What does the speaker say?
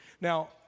Now